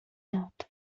داد